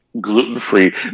Gluten-free